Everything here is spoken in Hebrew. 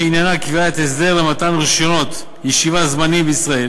שעניינה קביעת הסדר למתן רישיונות ישיבה זמניים בישראל